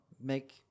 make